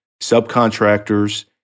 subcontractors